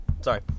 Sorry